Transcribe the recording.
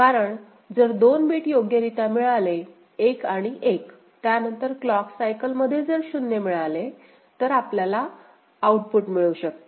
कारण जर दोन बीट योग्यरीत्या मिळाले 1 आणि 1 त्यानंतर क्लॉक सायकल मध्ये जर 0 मिळाले तर आपल्याला आउटपुट मिळू शकते